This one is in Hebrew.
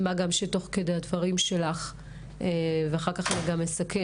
מה גם שתוך כדי הדברים שלך אני שומעת